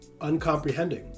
Uncomprehending